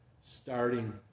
starting